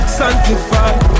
sanctified